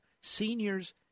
seniors